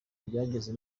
byageze